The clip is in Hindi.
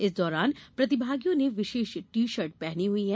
इस दौरान प्रतिभागियों ने विशेष टी शर्ट पहनी हुई हैं